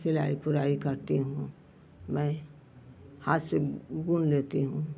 सिलाई पुराई करती हूँ मैं हाथ से बुन लेती हूँ